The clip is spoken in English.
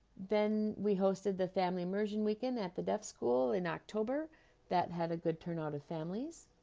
then we hosted the family immersion weekend at the deaf school in october that had a good turnout of families